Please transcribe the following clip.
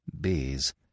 bees